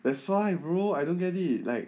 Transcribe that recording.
that's why bro I don't get it like